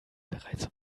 bereits